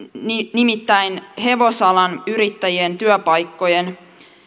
nimittäin hevosalan yrittäjien työpaikkojen